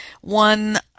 one